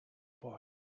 boy